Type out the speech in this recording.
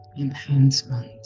enhancement